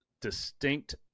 distinct